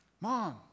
Mom